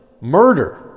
murder